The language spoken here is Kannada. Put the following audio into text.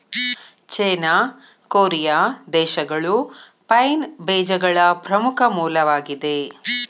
ಚೇನಾ, ಕೊರಿಯಾ ದೇಶಗಳು ಪೈನ್ ಬೇಜಗಳ ಪ್ರಮುಖ ಮೂಲವಾಗಿದೆ